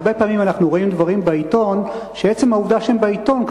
הרבה פעמים אנחנו רואים בעיתון דברים שעצם העובדה שהם בעיתון,